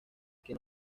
que